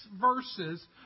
verses